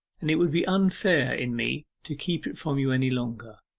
and it would be unfair in me to keep it from you any longer.